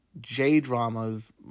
J-dramas